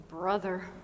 brother